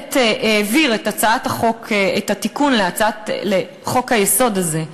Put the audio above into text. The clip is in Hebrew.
העביר את התיקון לחוק-היסוד הזה,